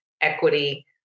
equity